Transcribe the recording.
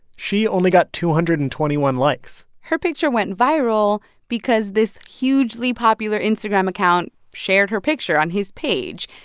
she only got two hundred and twenty one likes her picture went viral because this hugely popular instagram account shared her picture on his page.